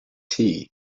tea